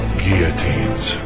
guillotines